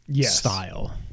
style